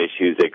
issues